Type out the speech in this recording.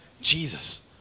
Jesus